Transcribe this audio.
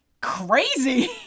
crazy